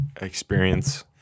experience